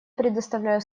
предоставляю